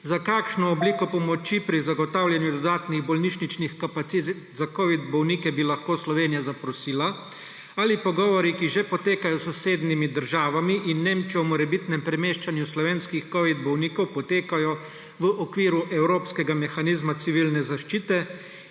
Za kakšno obliko pomoči pri zagotavljanju dodatnih bolnišničnih kapacitet za covidne bolnike bi lahko Slovenija zaprosila? Ali pogovori, ki že potekajo s sosednjimi državami in Nemčijo o morebitnem premeščanju slovenskih covidnih bolnikov, potekajo v okviru evropskega mehanizma civilne zaščite?